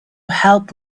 help